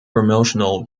promotional